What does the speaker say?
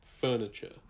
furniture